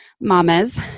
mamas